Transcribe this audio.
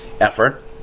effort